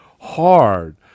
hard